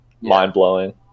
mind-blowing